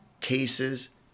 cases